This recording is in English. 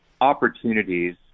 opportunities